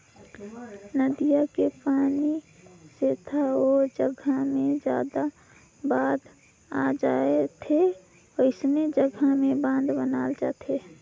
नदिया के पानी के सेथा ओ जघा मे जादा बाद आए जाथे वोइसने जघा में बांध बनाथे